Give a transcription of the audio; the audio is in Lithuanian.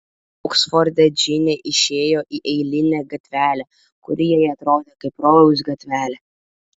oksforde džinė išėjo į eilinę gatvelę kuri jai atrodė kaip rojaus gatvelė